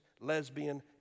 lesbian